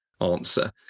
answer